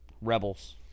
Rebels